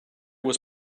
was